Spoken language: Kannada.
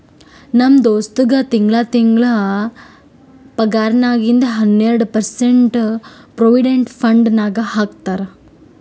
ನಮ್ ದೋಸ್ತಗ್ ತಿಂಗಳಾ ತಿಂಗಳಾ ಪಗಾರ್ನಾಗಿಂದ್ ಹನ್ನೆರ್ಡ ಪರ್ಸೆಂಟ್ ಪ್ರೊವಿಡೆಂಟ್ ಫಂಡ್ ನಾಗ್ ಹಾಕ್ತಾರ್